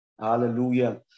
Hallelujah